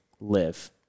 live